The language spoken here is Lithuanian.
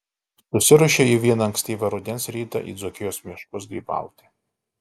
susiruošė ji vieną ankstyvą rudens rytą į dzūkijos miškus grybauti